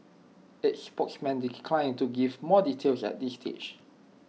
its spokesman declined to give more details at this stage